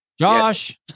Josh